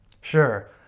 Sure